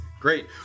Great